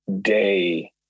day